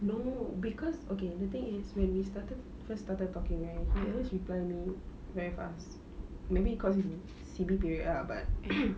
no cause okay the thing is when we started first started talking right he always reply me very fast maybe cause it's C_B period ah but eh